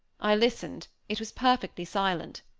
i listened, it was perfectly silent.